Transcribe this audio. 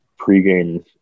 pregame